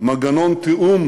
מנגנון תיאום